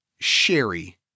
Sherry